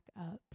up